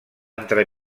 entre